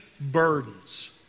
burdens